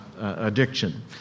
addiction